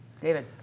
David